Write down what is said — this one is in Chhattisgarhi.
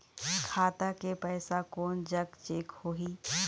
खाता के पैसा कोन जग चेक होही?